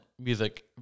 music